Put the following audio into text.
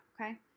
okay